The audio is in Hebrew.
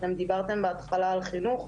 אתם דיברתם בהתחלה על חינוך,